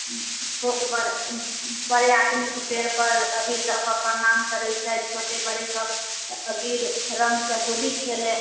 छोट बड़ बड़े आदमीके पाएरपर अबीर दऽ कऽ प्रणाम करै छै छोटे बड़ेसब अबीर रङ्गसँ होली खेलै